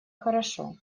хорошо